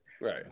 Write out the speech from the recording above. Right